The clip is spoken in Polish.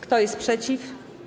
Kto jest przeciw?